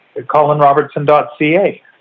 colinrobertson.ca